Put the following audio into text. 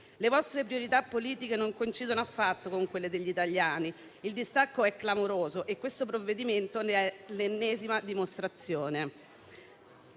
Le vostre priorità politiche non coincidono affatto con quelle degli italiani, il distacco è clamoroso e questo provvedimento ne è l'ennesima dimostrazione.